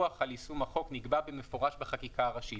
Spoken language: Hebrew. יישום החוק נקבע במפורש בחקיקה ראשית.